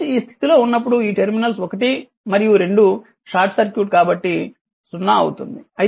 switch ఈ స్థితి లో ఉన్నప్పుడు ఈ టెర్మినల్స్ 1 మరియు 2 షార్ట్ సర్క్యూట్ కాబట్టి 0 అవుతుంది